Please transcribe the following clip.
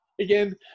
again